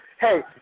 Hey